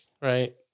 right